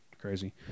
Crazy